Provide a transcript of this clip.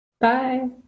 bye